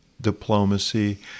diplomacy